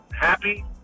Happy